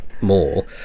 more